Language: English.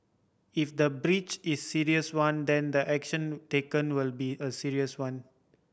if the breach is serious one then the action taken will be a serious one